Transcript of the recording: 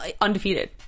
undefeated